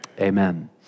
Amen